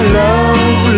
love